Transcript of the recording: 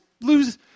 lose